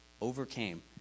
overcame